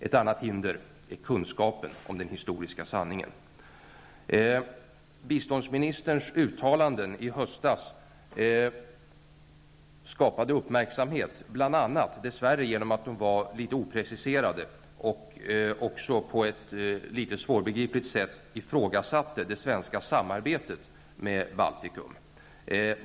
Ett annat hinder är kunskapen om den historiska sanningen. Biståndsministerns uttalanden i höstas skapade uppmärksamhet, dess värre bl.a. på grund av att de var litet opreciserade och att de på ett litet svårbegripligt sätt ifrågasatte det svenska samarbetet med Baltikum.